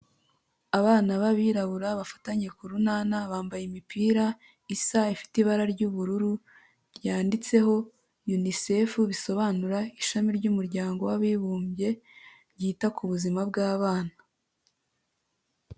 Abana b'abirabura, bafatanye ku runana; bambaye imipira isa, ifite ibara ry'ubururu, yanditseho ''UNICEF''; bisobanura Ishami ry'Umuryango w'Abibumbye, ryita ku Buzima bw'abana.